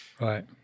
Right